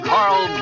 Carl